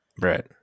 right